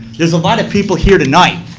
there's a lot of people here tonight,